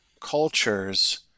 cultures